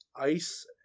Ice